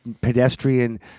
pedestrian